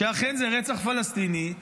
שאכן זה רצח פלסטיני.